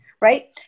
right